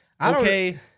Okay